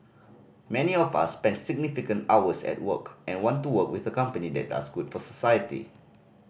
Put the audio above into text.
many of us spend significant hours at work and want to work with a company that does good for society